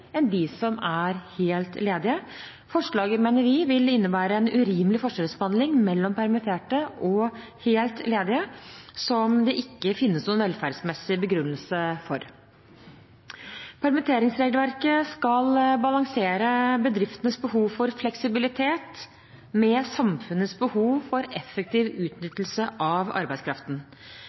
enn de som er helt ledige. Forslaget, mener vi, vil innebære en urimelig forskjellsbehandling mellom permitterte og helt ledige som det ikke finnes noen velferdsmessig begrunnelse for. Permitteringsregelverket skal balansere bedriftenes behov for fleksibilitet med samfunnets behov for effektiv utnyttelse av arbeidskraften.